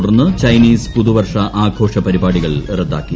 തുടർന്ന് ചൈനീസ് പുതുവർഷ ആഘോഷ പരിപാടികൾ റദ്ദാക്കി